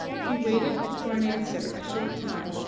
he waited for an answer a short time,